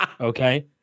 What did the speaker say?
Okay